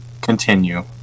Continue